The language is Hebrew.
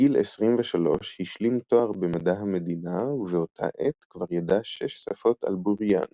בגיל 23 השלים תואר במדע המדינה ובאותה עת כבר ידע שש שפות על בוריין.